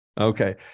okay